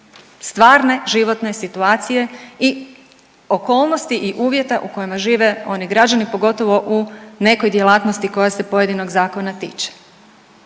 stvarne životne situacije i okolnosti i uvjeta u kojima žive oni građani pogotovo u nekoj djelatnosti koja se pojedinog zakona tiče.